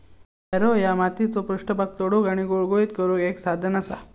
Harrow ह्या मातीचो पृष्ठभाग तोडुक आणि गुळगुळीत करुक एक साधन असा